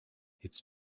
its